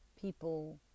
people